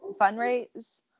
fundraise